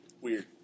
weird